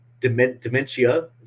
Dementia